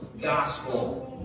gospel